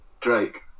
Drake